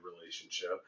relationship